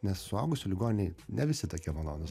nes suaugusių ligoninėj ne visi tokie malonūs